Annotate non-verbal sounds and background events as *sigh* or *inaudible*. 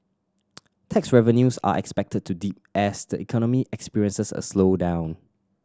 *unintelligible* tax revenues are expected to dip as the economy experiences a slowdown